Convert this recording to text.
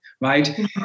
right